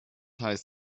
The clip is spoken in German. heißt